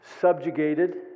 subjugated